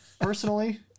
personally